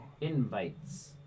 Invites